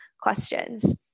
questions